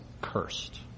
cursed